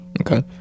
okay